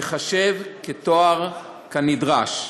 ייחשב לתואר כנדרש.